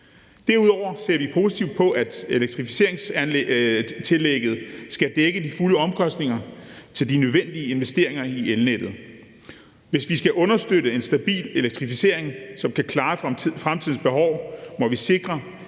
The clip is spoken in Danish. Derudover ser vi positivt på, at elektrificeringstillægget skal dække de fulde omkostninger til de nødvendige investeringer i elnettet. Hvis vi skal understøtte en stabil elektrificering, som kan klare fremtidens behov, må vi sikre,